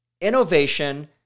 innovation